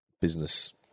business